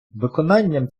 виконанням